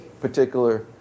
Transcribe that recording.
particular